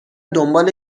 دنبال